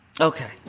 Okay